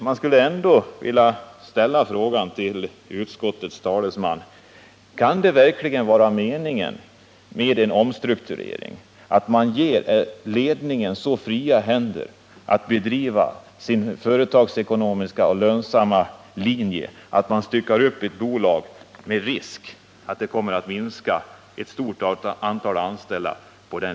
Jag skulle ändå vilja fråga utskottets talesman: Kan det verkligen vara meningen med omstruktureringen att ge ledningen så fria händer att bedriva sin företagsekonomiska och lönsamma linje som det innebär om man styckar upp bolaget med risk att det kommer att kraftigt minska antalet anställda?